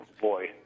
Boy